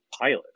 pilot